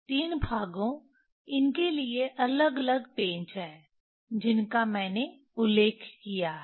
तीन भागों इनके लिए अलग अलग पेच हैं जिनका मैंने उल्लेख किया है